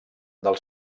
del